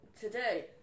today